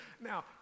Now